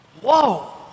Whoa